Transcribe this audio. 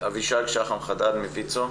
אבישג שחם חדד מוויצו,